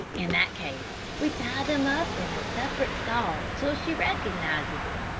in that case we tie them up in a separate stall till she recognizes it.